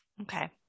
Okay